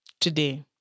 today